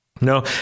No